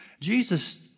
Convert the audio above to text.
Jesus